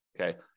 Okay